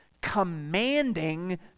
commanding